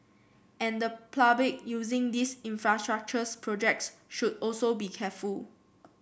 and the public using these infrastructures projects should also be careful